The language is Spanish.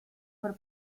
por